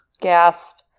Gasp